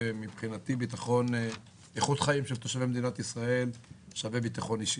שמבחינתי איכות חיים של תושבי מדינת ישראל שווה ביטחון אישי.